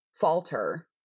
falter